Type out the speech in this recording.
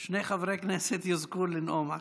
שני חברי כנסת יזכו לנאום עכשיו.